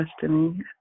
Destiny